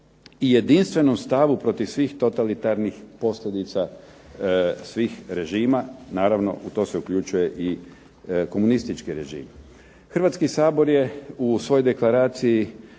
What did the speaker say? i jedinstvenom stavu protiv svih totalitarnih posljedica svih režima, naravno u to se uključuje i komunističkih režim. Hrvatski sabor je u svojoj deklaraciji